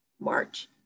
March